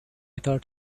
thought